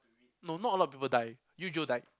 no not a lot of people die Eugeo died